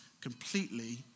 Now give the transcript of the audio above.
completely